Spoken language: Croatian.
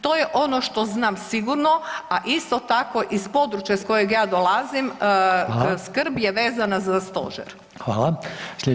To je ono što znam sigurno, a isto tako iz područja iz kojeg ja dolazim skrb je vezana za stožer.